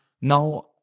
now